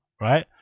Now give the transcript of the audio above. right